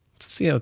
let's see, ah